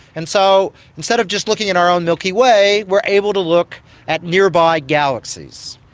and so instead of just looking in our own milky way, we're able to look at nearby galaxies.